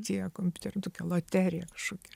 tie kompiuterio tokia loterija kažkokia